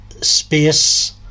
space